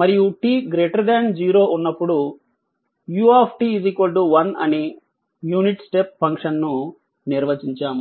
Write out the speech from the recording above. మరియు t 0 ఉన్నప్పుడు u 1 అని యూనిట్ స్టెప్ ఫంక్షన్ ను నిర్వచించాము